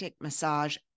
massage